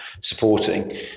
supporting